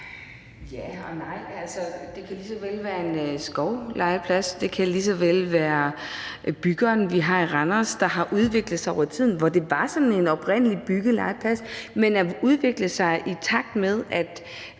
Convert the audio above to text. Ja og nej. Det kan lige så vel være en skovlegeplads. Det kan lige så vel være Byggeren, vi har i Randers, der har udviklet sig over tid. Det var oprindelig sådan en byggelegeplads, men den har udviklet sig, i takt med at